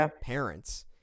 parents